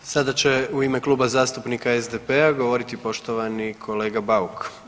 Sada će u ime Kluba zastupnika SDP-a govoriti poštovani kolega Bauk.